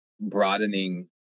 broadening